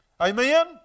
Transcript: Amen